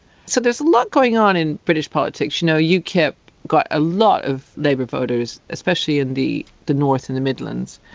so there's a lot going on in british politics. you know, ukip got a lot of labour voters, especially in the the north in the midlands.